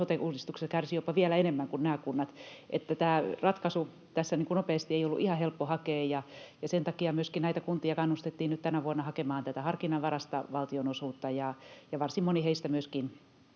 sote-uudistuksesta kärsivät jopa vielä enemmän kuin nämä kunnat. Tämä ratkaisu tässä nopeasti ei ollut ihan helppo hakea, ja sen takia myöskin näitä kuntia kannustettiin nyt tänä vuonna hakemaan tätä harkinnanvaraista valtionosuutta, ja varsin moni heistä myöskin